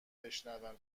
بشنوم